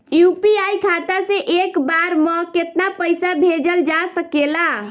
UPI खाता से एक बार म केतना पईसा भेजल जा सकेला?